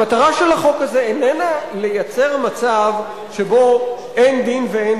המטרה של החוק הזה איננה לייצר מצב שבו אין דין ואין